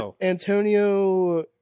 Antonio